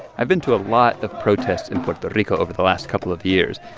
i've been to a lot of protests in puerto rico over the last couple of years,